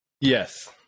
Yes